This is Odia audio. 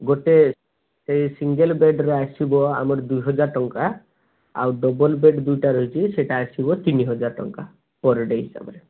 ଗୋଟେ ସେଇ ସିଙ୍ଗଲ୍ ବେଡ଼୍ର ଆସିବ ଆମର ଦୁଇ ହଜାର ଟଙ୍କା ଆଉ ଡ଼ବଲ୍ ବେଡ଼୍ ଦୁଇଟା ରହିଛି ସେଇଟା ଆସିବ ତିନି ହଜାର ଟଙ୍କା ପର୍ ଡ଼େ ହିସାବରେ